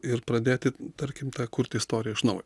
ir pradėti tarkim tą kurt istoriją iš naujo